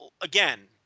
again